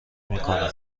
میکنم